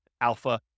alpha